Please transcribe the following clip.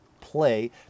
play